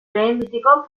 lehenbiziko